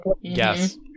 yes